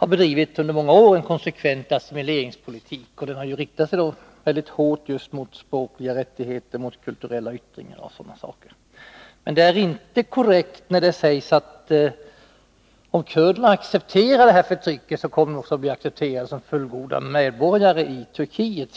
där under många år har bedrivit en konsekvent assimileringspolitik, som har riktat sig mot kurdernas rättigheter att använda sitt språk, att ge uttryck för sin kultur och liknande saker. Däremot är det inte korrekt som sägs i svaret, att om kurderna accepterar det här förtrycket, blir de också accepterade som fullgoda medborgare i Turkiet.